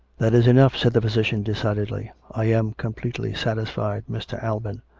that is enough, said the physician decidedly. i am completely satisfied, mr. alban.